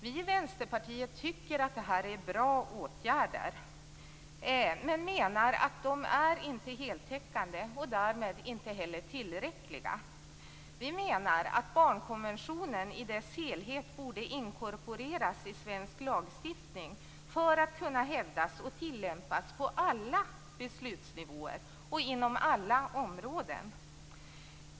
Vi i Vänsterpartiet tycker att det här är bra åtgärder men menar att de inte är heltäckande och därmed inte heller tillräckliga. Vi menar att barnkonventionen i dess helhet borde inkorporeras i svensk lagstiftning för att kunna hävdas och tillämpas på alla beslutsnivåer och inom alla områden.